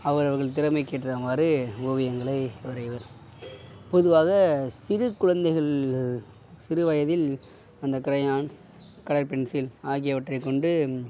அவரவர்கள் திறமைக்கேற்ற மாதிரி ஓவியங்களை வரைவர் பொதுவாக சிறு குழந்தைகள் சிறு வயதில் அந்த கிரெயான்ஸ் கலர் பென்சில் ஆகியவற்றை கொண்டு